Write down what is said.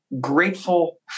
grateful